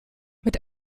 mit